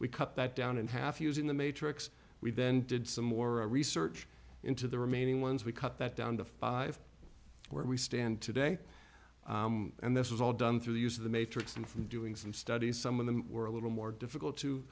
we cut that down in half using the matrix we then did some more research into the remaining ones we cut that down to five where we stand today and this was all done through the use of the matrix and from doing some studies some of them were a little more difficult to